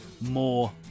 more